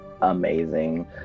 amazing